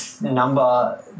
number